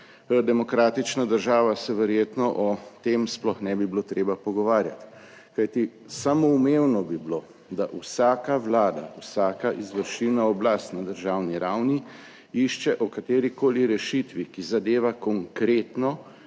demokratična država, se verjetno o tem sploh ne bi bilo treba pogovarjati. Kajti samoumevno bi bilo, da vsaka vlada, vsaka izvršilna oblast na državni ravni išče o kateri koli rešitvi, ki zadeva konkretno